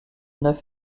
neuf